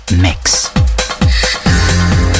mix